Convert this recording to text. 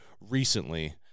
recently